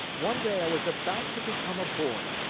one day i was about to become a boy,